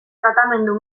tratamendu